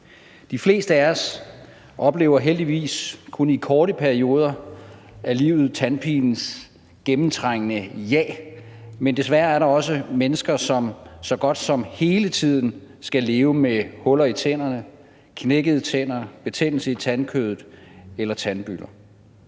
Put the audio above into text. De fleste af os oplever heldigvis kun i korte perioder af livet tandpinens gennemtrængende jag, men desværre er der også mennesker, som så godt som hele tiden skal leve med huller i tænderne, knækkede tænder, betændelse i tandkødet eller tandbylder.